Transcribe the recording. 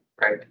Right